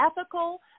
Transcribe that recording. ethical